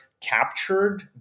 captured